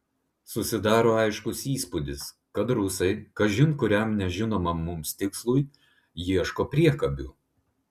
susidaro aiškus įspūdis kad rusai kažin kuriam nežinomam mums tikslui ieško priekabių